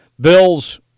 Bills